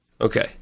Okay